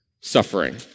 suffering